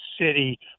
city